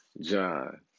John